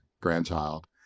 grandchild